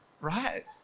Right